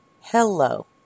Hello